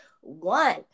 one